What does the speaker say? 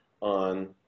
on